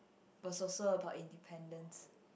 was also about independence